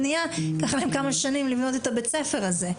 ייקח להם כמה שנים לבנות את בית הספר הזה.